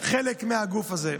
חלק מהגוף הזה.